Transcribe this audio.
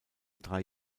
drei